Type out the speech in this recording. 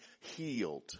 healed